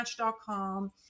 Match.com